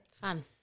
Fun